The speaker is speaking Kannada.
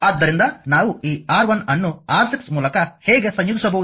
ಆದ್ದರಿಂದ ನಾವು ಈ R1 ಅನ್ನು R6 ಮೂಲಕ ಹೇಗೆ ಸಂಯೋಜಿಸಬಹುದು